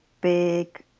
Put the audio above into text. big